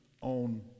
on